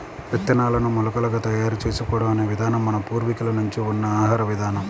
విత్తనాలను మొలకలుగా తయారు చేసుకోవడం అనే విధానం మన పూర్వీకుల నుంచే ఉన్న ఆహార విధానం